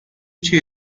توی